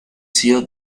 sello